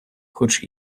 хоч